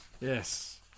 Yes